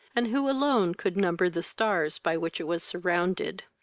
and who alone could number the stars by which it was surrounded.